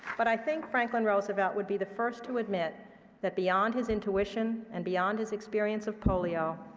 but i think franklin roosevelt would be the first to admit that, beyond his intuition and beyond his experience of polio,